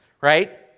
right